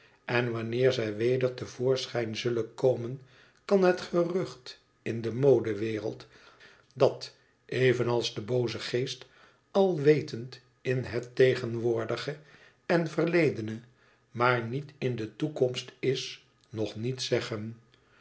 en wanneer zij weder te voorschijn zullen komen kan het gerucht in de modewereld dat evenals de booze geest alwetend in het tegenwoordige en verledene maar niet in de toekomst is nog niet zeggen